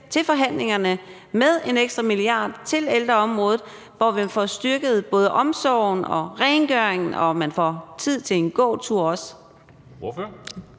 til forhandlingerne med en ekstra milliard til ældreområdet, hvor man får styrket både omsorgen og rengøringen og også får tid til en gåtur? Kl.